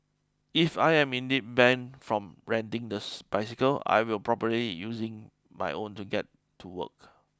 if I am indeed banned from renting the bicycle I will probably using my own to get to work